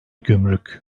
gümrük